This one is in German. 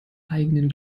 eigenen